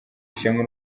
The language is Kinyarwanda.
ishema